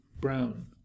brown